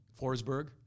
Forsberg